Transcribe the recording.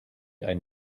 ein